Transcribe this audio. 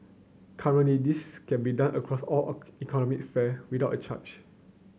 currently this can be done across all economy fare without a charge